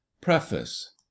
Preface